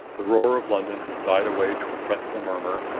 the roar of london has died away to a fretful murmur,